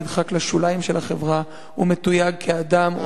נדחק לשוליים של החברה ומתויג כאדם,